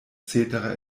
cetera